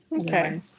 Okay